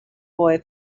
boy